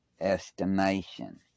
estimation